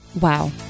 Wow